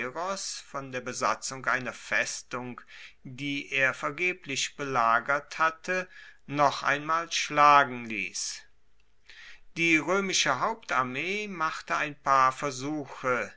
von der besatzung einer festung die er vergeblich belagert hatte noch einmal schlagen liess die roemische hauptarmee machte ein paar versuche